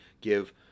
give